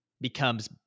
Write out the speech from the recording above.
becomes